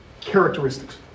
characteristics